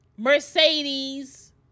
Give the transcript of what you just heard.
Mercedes